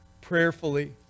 prayerfully